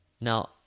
Now